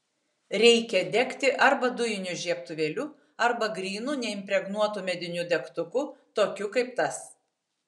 reikia degti arba dujiniu žiebtuvėliu arba grynu neimpregnuotu mediniu degtuku tokiu kaip tas